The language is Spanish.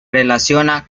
relaciona